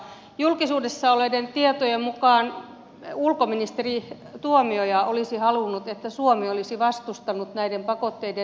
julkisuudessa olleiden tietojen mukaan ulkoministeri tuomioja olisi halunnut että suomi olisi vastustanut näiden pakotteiden voimaan astumista nyt